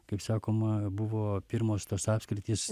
kaip sakoma buvo pirmos tos apskritys